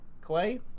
Clay